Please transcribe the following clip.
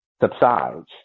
subsides